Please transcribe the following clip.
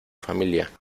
familia